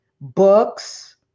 books